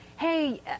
Hey